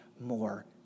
more